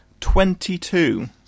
Twenty-two